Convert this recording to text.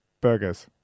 Burgers